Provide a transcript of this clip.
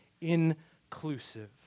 inclusive